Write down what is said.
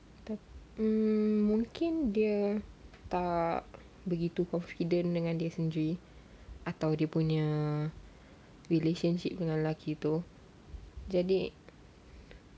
apa mm mungkin dia tak begitu confident dengan dia sendiri ataupun dia punya relationship dengan lelaki tu jadi